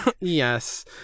yes